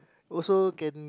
also can